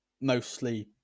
Mostly